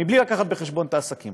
מבלי להביא בחשבון את העסקים